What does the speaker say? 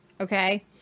Okay